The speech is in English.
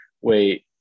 wait